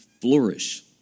flourish